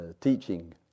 teaching